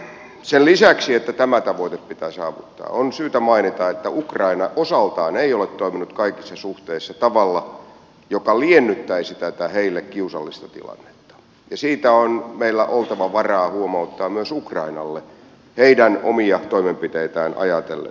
sen lisäksi että tämä tavoite pitää saavuttaa on syytä mainita että ukraina osaltaan ei ole toiminut kaikissa suhteissa tavalla joka liennyttäisi tätä heille kiusallista tilannetta ja siitä on meillä oltava varaa huomauttaa myös ukrainalle heidän omia toimenpiteitään ajatellen